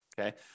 Okay